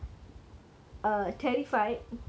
you were a newbie [what]